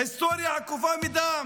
ההיסטוריה עקובה מדם.